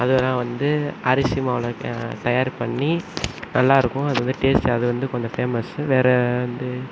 அதலாம் வந்து அரிசி மாவில் தயார் பண்ணி நல்லாயிருக்கும் அது வந்து டேஸ்ட் அது வந்து கொஞ்சம் ஃபேமஸு வேற வந்து